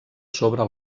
sobre